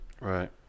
Right